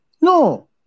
No